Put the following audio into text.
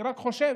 אני רק חושב